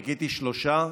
חיכיתי שלושה,